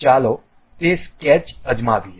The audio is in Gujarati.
ચાલો તે સ્કેચ અજમાવીએ